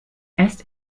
erst